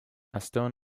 aston